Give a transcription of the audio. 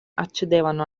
accedevano